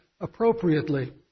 appropriately